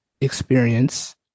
experience